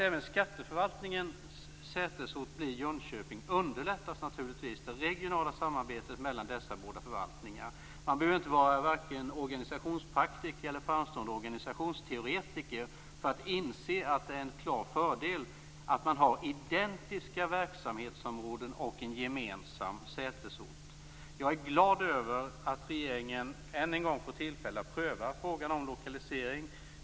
Jönköping underlättas naturligtvis det regionala samarbetet mellan de båda förvaltningarna. Man behöver inte vara vare sig organisationspraktiker eller en framstående organisationsteoretiker för att inse att det är en klar fördel att ha identiska verksamhetsområden och en gemensam sätesort. Jag är glad över att regeringen än en gång får tillfälle att pröva frågan om lokalisering.